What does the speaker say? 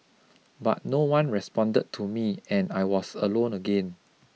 but no one responded to me and I was alone again